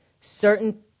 certain